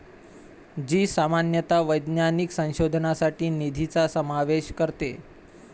जी सामान्यतः वैज्ञानिक संशोधनासाठी निधीचा समावेश करते